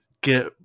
get